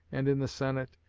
and in the senate,